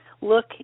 Look